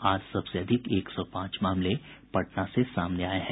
आज सबसे अधिक एक सौ पांच मामले पटना से सामने आये हैं